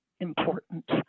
important